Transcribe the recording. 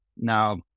now